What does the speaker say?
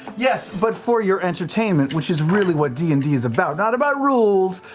yes, but for your entertainment, which is really what d and d's about. not about rules,